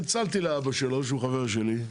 צלצלתי לאבא שלו שהוא חבר שלי,